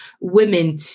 women